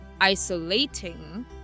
isolating